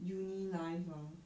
uni life ah